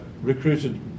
recruited